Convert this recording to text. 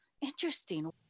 interesting